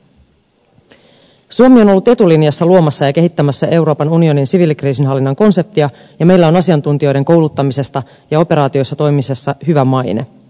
suomi on ollut etulinjassa luomassa ja kehittämässä euroopan unionin siviilikriisinhallinnan konseptia ja meillä on asiantuntijoiden kouluttamisessa ja operaatioissa toimimisessa hyvä maine